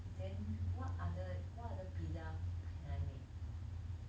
then what other what other pizza can I make